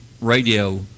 radio